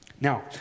Now